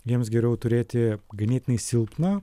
jiems geriau turėti ganėtinai silpną